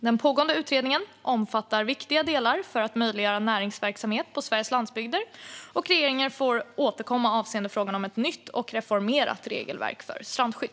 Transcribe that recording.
Den pågående utredningen omfattar viktiga delar för att möjliggöra näringsverksamhet på Sveriges landsbygder, och regeringen får återkomma avseende frågan om ett nytt och reformerat regelverk för strandskydd.